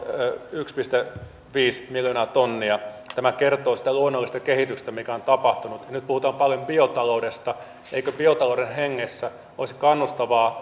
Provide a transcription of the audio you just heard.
yksi pilkku viisi miljoonaa tonnia tämä kertoo siitä luonnollisesta kehityksestä mitä on tapahtunut nyt puhutaan paljon biotaloudesta eikö biotalouden hengessä olisi kannustavaa